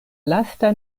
lasta